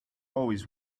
always